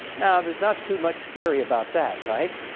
now theres not too much scary about that, right?